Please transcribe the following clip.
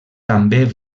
també